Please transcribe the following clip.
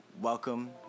Welcome